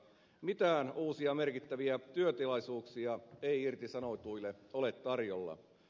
mitään uusia merkittäviä työtilaisuuksia ei irtisanotuille ole tarjolla